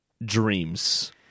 Dreams